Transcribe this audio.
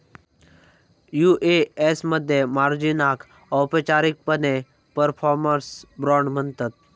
UAS मध्ये मार्जिनाक औपचारिकपणे परफॉर्मन्स बाँड म्हणतत